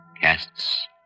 casts